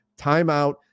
timeout